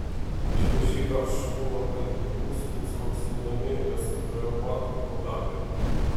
švieži garšvų lapai puikūs nuskausminamieji esant reumatui podagrai